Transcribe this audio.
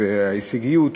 וההישגיות,